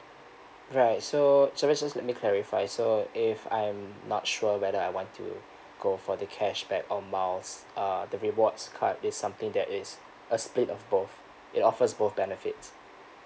right so so just just let me clarify so if I'm not sure whether I want to go for the cashback air miles uh the rewards card is something that is a split of both it offers both benefits